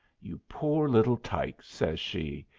you poor little tyke! says she.